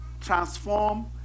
transform